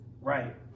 Right